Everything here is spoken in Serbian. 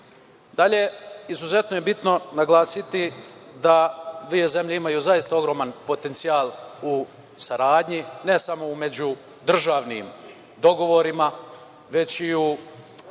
izuzetno je bitno naglasiti da dve zemlje imaju zaista ogroman potencijal u saradnji, ne samo međudržavnim dogovorima, već i u